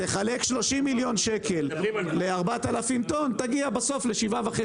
תחלק 30 מיליון שקל ל-4,000 טון תגיע בסוף ל-7.5